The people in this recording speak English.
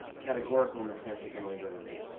categorical in the sense it can only go to maintenance.